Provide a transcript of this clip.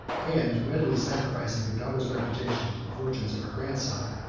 and readily sacrificing her daughter's reputation to the fortune of her grandson,